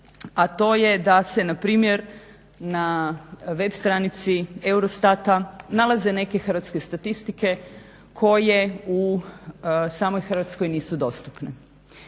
a to je da se npr. na web stranici EUROSTAT-a nalaze neke hrvatske statistike koje u samoj Hrvatskoj nisu dostupne.